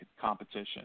competition